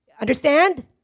Understand